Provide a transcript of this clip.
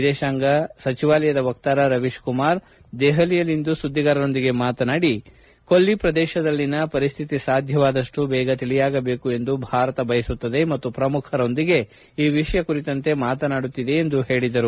ವಿದೇಶಾಂಗ ವ್ನವಹಾರಗಳ ಸಚಿವಾಲಯದ ವಕಾರ ರವೀಶ್ ಕುಮಾರ್ ದೆಹಲಿಯಲ್ಲಿಂದು ಸುಧ್ಗಿಗಾರರೊಂದಿಗೆ ಮಾತನಾಡಿ ಕೊಲ್ಲಿ ಪ್ರದೇಶದಲ್ಲಿನ ಪರಿಸ್ಥಿತಿ ಸಾಧ್ಯವಾದಷ್ಟು ಬೇಗ ತಿಳಿಯಾಗಬೇಕು ಎಂದು ಭಾರತ ಬಯಸುತ್ತದೆ ಮತ್ತು ಪ್ರಮುಖರೊಂದಿಗೆ ಈ ವಿಷಯ ಕುರಿತಂತೆ ಮಾತನಾಡುತ್ತಿದೆ ಎಂದು ಹೇಳಿದರು